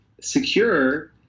secure